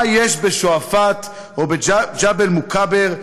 מה יש בשועפאט או בג'בל מוכבר,